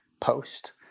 post